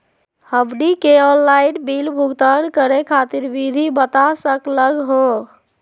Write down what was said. हमनी के online bill भुगतान करे खातीर विधि बता सकलघ हो?